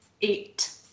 eight